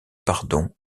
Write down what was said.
pardon